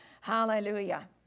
Hallelujah